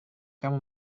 kamu